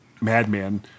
madman